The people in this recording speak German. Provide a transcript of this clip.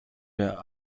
der